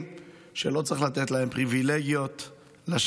היא שלא צריך לתת להם פריבילגיות לשווא.